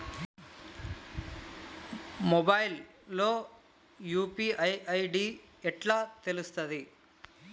Mobile లో UPI ID ఎట్లా తెలుస్తది?